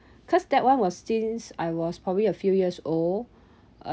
cause that one was since I was probably a few years old